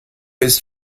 ist